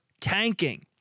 tanking